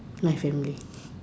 my family